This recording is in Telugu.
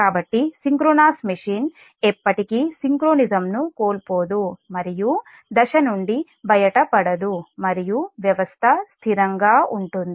కాబట్టి సింక్రోనస్ మెషీన్ ఎప్పటికీ సింక్రోనిజంను కోల్పోదు మరియు దశ నుండి బయటపడదు మరియు వ్యవస్థ స్థిరంగా ఉంటుంది